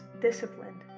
disciplined